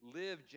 live